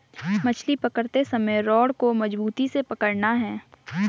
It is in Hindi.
मछली पकड़ते समय रॉड को मजबूती से पकड़ना है